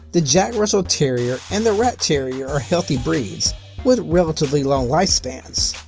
the jack russell terrier and the rat terrier are healthy breeds with relatively long lifespans.